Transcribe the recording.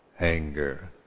anger